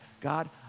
God